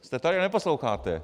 Jste tady a neposloucháte.